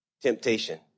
temptation